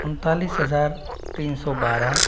उनतालीस हजार तीन सौ बारह